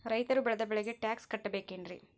ರೈತರು ಬೆಳೆದ ಬೆಳೆಗೆ ಟ್ಯಾಕ್ಸ್ ಕಟ್ಟಬೇಕೆನ್ರಿ?